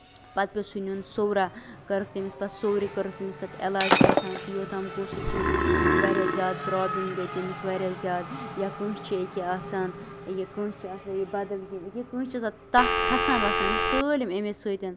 پَتہٕ پیوٚو سُہ نِیُن سورا کٔرٕکھ تٔمِس پَتہٕ سورٕ کٔرٕکھ تٔمِس پَتہٕ علاج کیٛاہتانۍ تہٕ یوٚتام گوٚو سُہ ٹھیٖک واریاہ زیادٕ پرٛابلِم گٔے تٔمِس واریاہ زیادٕ یا کٲنٛسہِ چھُ أکیٛاہ آسان یہِ کٲنٛسہِ چھُ آسان یہِ بدل کیٛاہ یہِ کٲنٛسہِ چھُ آسان تپھ کھسان وَسان یہِ چھُ سٲلِم اَمے سۭتۍ